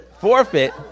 forfeit